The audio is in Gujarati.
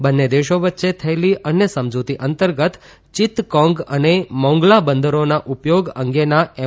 બન્ને દેશો વચ્ચે થયેલી અન્ય સમજૂતી અંતર્ગત ચિત્તગોંગ અન મોંગલા બંદરોના ઉપયોગ અંગેના એમ